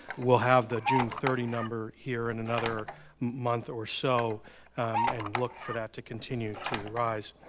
we'll have the june thirty number here in another month or so and look for that to continue to rise.